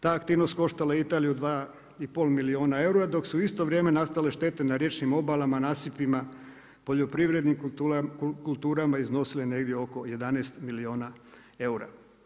Ta aktivnost koštala je Italiju 2,5 milijuna eura dok su u isto vrijeme nastale štete na riječnim obalama, nasipima, poljoprivrednim kulturama iznosili negdje oko 11 milijuna eura.